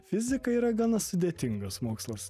fizika yra gana sudėtingas mokslas